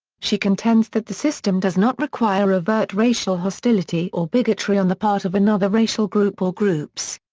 she contends that the system does not require overt racial hostility or bigotry on the part of another racial group or groups.